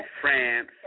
France